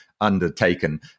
undertaken